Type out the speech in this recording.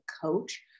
coach